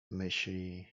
myśli